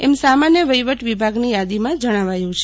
એમ સામાન્ય વહિવટ વિભાગની યાદીમાં જણાવાયું છે